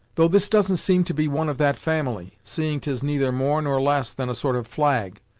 though this doesn't seem to be one of that family, seeing tis neither more nor less than a sort of flag,